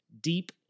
deep